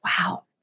Wow